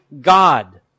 God